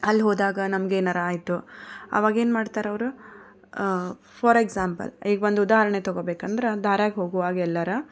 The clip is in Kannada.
ಅಲ್ಲಿ ಹೋದಾಗ ನಮ್ಗೆ ಏನಾರ ಆಯಿತು ಆವಾಗ ಏನು ಮಾಡ್ತಾರೆ ಅವರು ಫಾರ್ ಎಕ್ಸಾಂಪಲ್ ಈಗ ಒಂದು ಉದಾಹರಣೆ ತಗೊಳ್ಬೇಕು ಅಂದ್ರೆ ದಾರ್ಯಾಗ ಹೋಗ್ವಾಗ ಎಲ್ಲರ